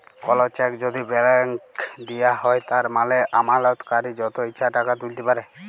call cheque যদি blank দিঁয়া হ্যয় তার মালে আমালতকারি যত ইছা টাকা তুইলতে পারে